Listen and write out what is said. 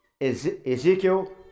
Ezekiel